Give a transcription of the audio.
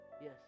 Yes